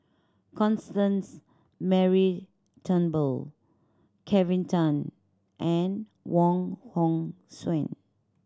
Constance Mary Turnbull Kelvin Tan and Wong Hong Suen